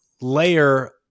layer